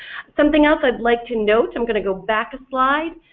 something else i'd like to note, i'm going to go back a slide,